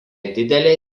didelė